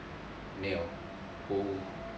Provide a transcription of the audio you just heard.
没有